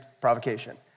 provocation